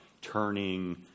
turning